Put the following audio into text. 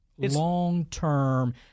Long-term